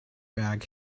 bag